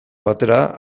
batera